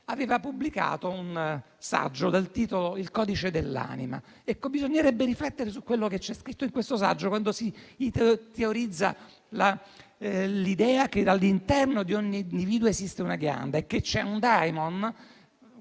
aveva pubblicato un saggio dal titolo «Il codice dell'anima». Ecco, bisognerebbe riflettere su quello che c'è scritto in questo saggio, dove si teorizza l'idea che all'interno di ogni individuo esista una ghianda e che ci sia un *daimon*